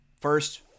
first